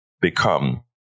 become